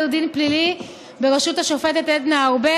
דין פלילי בראשות השופטת עדנה ארבל,